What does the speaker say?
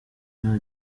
nta